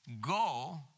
Go